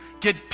get